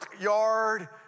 yard